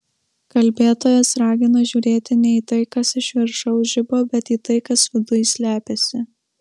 kalbėtojas ragina žiūrėti ne į tai kas iš viršaus žiba bet į tai kas viduj slepiasi